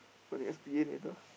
from the S P A header